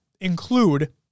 include